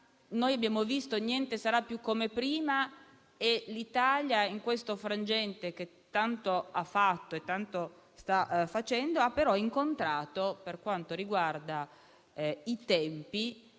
Abbiamo visto che niente sarà più come prima e in questo frangente l'Italia, che tanto ha fatto e tanto sta facendo, ha però incontrato, per quanto riguarda i tempi,